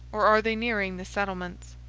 or are they nearing the settlements?